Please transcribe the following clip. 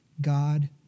God